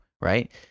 right